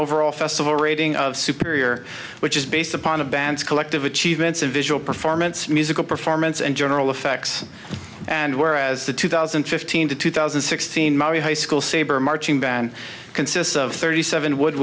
overall festival rating of superior which is based upon the band's collective achievements of visual performance musical performance and general effects and whereas the two thousand and fifteen to two thousand and sixteen mary high school saber marching band consists of thirty seven wo